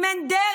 אם אין דרך,